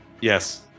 Yes